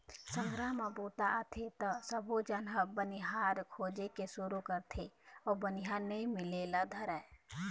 संघरा म बूता आथे त सबोझन ह बनिहार खोजे के सुरू करथे अउ बनिहार नइ मिले ल धरय